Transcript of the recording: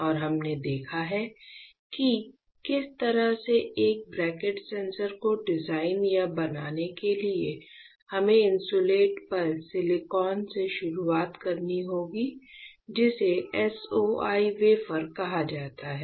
और हमने देखा है कि इस तरह के एक ब्रैकट सेंसर को डिजाइन या बनाने के लिए हमें इंसुलेटर पर सिलिकॉन से शुरुआत करनी होगी जिसे SOI वेफर कहा जाता है